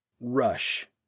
Rush